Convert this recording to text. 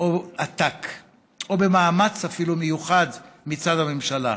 או במאמץ אפילו מיוחד מהממשלה,